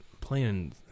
playing